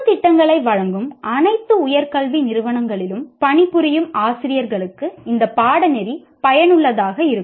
பொதுத் திட்டங்களை வழங்கும் அனைத்து உயர்கல்வி நிறுவனங்களிலும் பணிபுரியும் ஆசிரியர்களுக்கு இந்த பாடநெறி பயனுள்ளதாக இருக்கும்